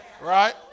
right